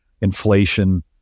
inflation